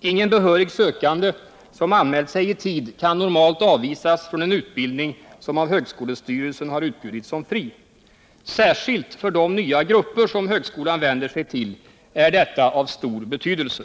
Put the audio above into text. Ingen behörig sökande som anmält sig i tid kan normalt avvisas från en utbildning som av högskolestyrelsen har utbjudits som fri. Särskilt för de nya grupper som högskolan vänder sig till är detta av stor betydelse.